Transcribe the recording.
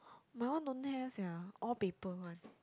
mine one don't have sia all paper one